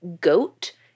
GOAT